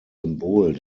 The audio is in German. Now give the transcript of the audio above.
symbol